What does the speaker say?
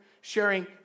sharing